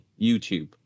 YouTube